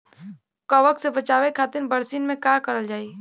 कवक से बचावे खातिन बरसीन मे का करल जाई?